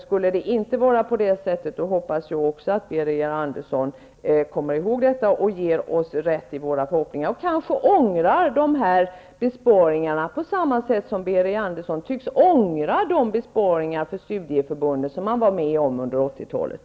Skulle det inte vara på det sättet, hoppas jag att Birger Andersson kommer ihåg detta och ger oss rätt. Då kanske han ångrar dessa besparingar, på samma sätt som han tycks ångra de besparingar för studieförbunden som han var med om under 80-talet.